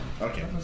Okay